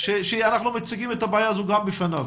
שאנחנו מציגים את הבעיה הזו גם בפניו.